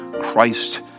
Christ